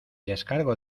descargo